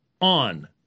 on